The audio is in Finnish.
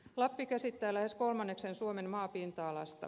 lappi käsittää lähes kolmanneksen suomen maapinta alasta